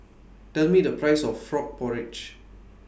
Tell Me The Price of Frog Porridge